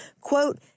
quote